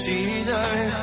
Jesus